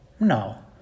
No